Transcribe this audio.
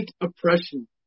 oppression